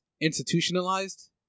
institutionalized